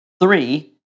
Three